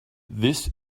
this